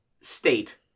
State